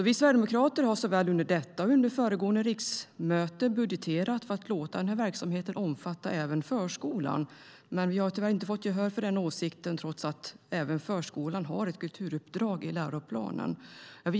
Vi sverigedemokrater har såväl under detta som under föregående riksmöte budgeterat för att låta denna verksamhet omfatta även förskolan. Men vi har tyvärr inte fått gehör för denna åsikt trots att även förskolan har ett kulturuppdrag enligt läroplanen.